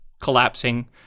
collapsing